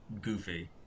goofy